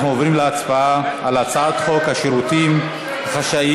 אנחנו עוברים להצבעה על הצעת חוק השירותים החשאיים,